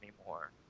anymore